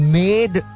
made